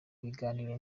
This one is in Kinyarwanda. ibiganiro